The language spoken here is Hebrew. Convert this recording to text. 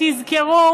תזכרו